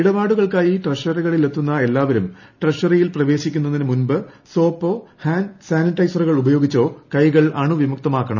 ഇടപാടുകൾക്കായി ട്രഷറികളിലെത്തുന്ന എല്ലാവരും ട്രഷറിയിൽ പ്രവേശിക്കുന്നതിനു മുൻപ് സോപ്പോ ഹാൻഡ് സാനിറ്റൈസറുകൾ ഉപയോഗിച്ചോ കൈകൾ അണുവിമുക്തമാക്കക്കണം